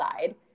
side